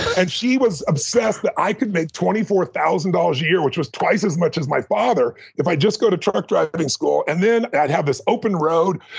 and she was obsessed that i could make twenty four thousand point a year, which was twice as much as my father, if i just go to truck driving school, and then i'd have this open road.